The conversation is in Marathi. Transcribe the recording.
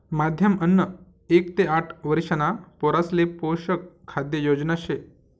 माध्यम अन्न एक ते आठ वरिषणा पोरासले पोषक खाद्य योजना शे